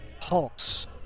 pulse